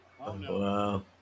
Wow